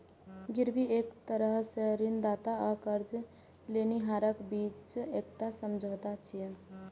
गिरवी एक तरह सं ऋणदाता आ कर्ज लेनिहारक बीच एकटा समझौता छियै